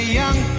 young